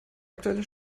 aktuelle